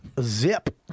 Zip